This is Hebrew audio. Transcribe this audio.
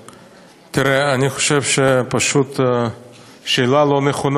השאלה השנייה היא מאוד קצרה: